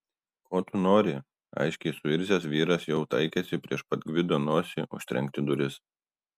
ko tu nori aiškiai suirzęs vyras jau taikėsi prieš pat gvido nosį užtrenkti duris